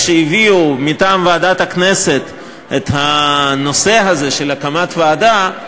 כשהביאו מטעם ועדת הכנסת את הנושא הזה של הקמת ועדה,